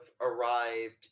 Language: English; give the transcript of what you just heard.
arrived